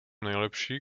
nejlepší